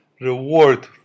reward